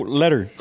letter